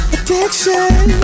Addiction